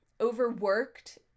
overworked